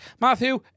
matthew